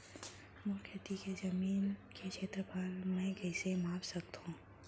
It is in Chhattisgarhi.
मोर खेती के जमीन के क्षेत्रफल मैं कइसे माप सकत हो?